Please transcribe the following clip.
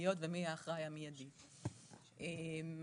המיידיות ומי האחראי המיידי באירוע הזה.